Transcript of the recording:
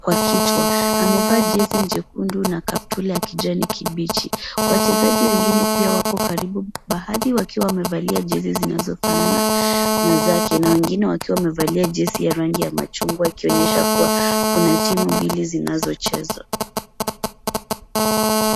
kwa kichwa. Amevaa jezi jekundu na kaptura ya kijani kibichi. Wachezaji wengine pia wako karibu, baadhi wakiwa wamevalia jezi zinazofanana na zake na wengine wakiwa wamevalia jezi ya rangi ya machungwa ikionyesha kuwa kuna timu mbili zinazocheza.